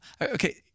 Okay